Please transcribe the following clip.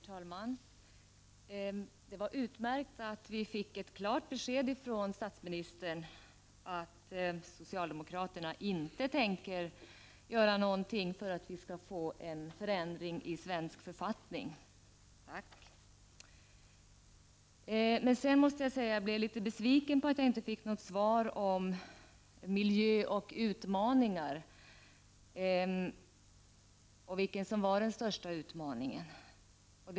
Herr talman! Det var utmärkt att vi fick ett klart besked från statsministern om att socialdemokraterna inte tänker göra någonting för att åstadkomma en förändring i svensk författning. Tack för det. Men jag blev litet besviken på att jag inte fick något svar på frågan om miljö och utmaningar, och vilken som var den största utmaningen.